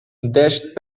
dashed